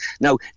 Now